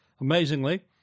amazingly